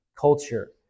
culture